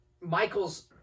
michael's